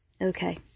okay